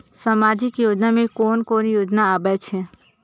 सामाजिक योजना में कोन कोन योजना आबै छै?